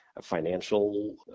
financial